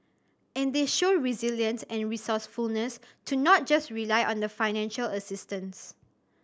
and they show resilience and resourcefulness to not just rely on the financial assistance